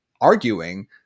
arguing